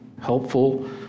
helpful